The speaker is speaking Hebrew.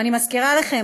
ואני מזכירה לכם,